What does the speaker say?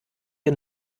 wir